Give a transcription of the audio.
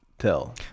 tell